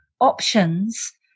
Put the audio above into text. options